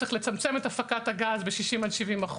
יש לצמצם את הפקת הגז ב-60% עד 70%,